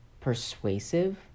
persuasive